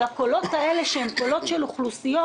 של הקולות האלה, שהם קולות של אוכלוסיות,